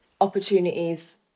opportunities